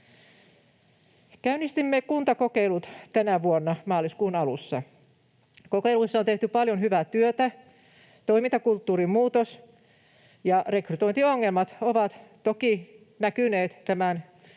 Käynnistimme kuntakokeilut tänä vuonna maaliskuun alussa. Kokeiluissa on tehty paljon hyvää työtä. Toimintakulttuurin muutos ja rekrytointiongelmat ovat toki näkyneet